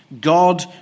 God